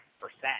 percent